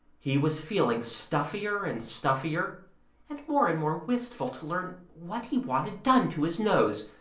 he was feeling stuffier and stuffier and more and more wistful to learn what he wanted done to his nose,